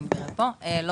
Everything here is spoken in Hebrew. עם